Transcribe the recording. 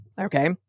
okay